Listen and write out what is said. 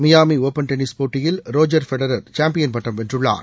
Miami open tennis போட்டியில் Roger Federer champion பட்டம் வென்றுள்ளார்